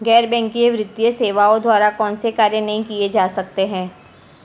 गैर बैंकिंग वित्तीय सेवाओं द्वारा कौनसे कार्य नहीं किए जा सकते हैं?